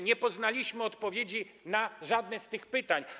Nie poznaliśmy odpowiedzi na żadne z tych pytań.